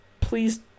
please